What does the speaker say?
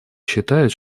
считает